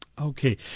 Okay